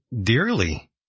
dearly